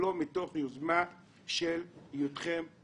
לא מתוך יוזמה של רגולטור